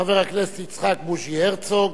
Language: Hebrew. חבר הכנסת יצחק בוז'י הרצוג,